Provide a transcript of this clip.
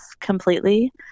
completely